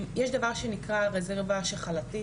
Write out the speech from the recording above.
יש דבר שנקרא רזרבה שחלתית